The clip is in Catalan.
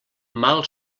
mal